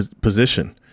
position